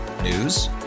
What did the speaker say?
News